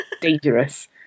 dangerous